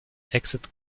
exit